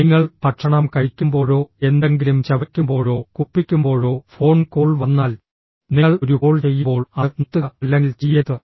നിങ്ങൾ ഭക്ഷണം കഴിക്കുമ്പോഴോ എന്തെങ്കിലും ചവയ്ക്കുമ്പോഴോ കുപ്പിക്കുമ്പോഴോ ഫോൺ കോൾ വന്നാൽ നിങ്ങൾ ഒരു കോൾ ചെയ്യുമ്പോൾ അത് നിർത്തുക അല്ലെങ്കിൽ ചെയ്യരുത്